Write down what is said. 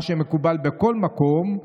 מה שמקובל בכל מקום,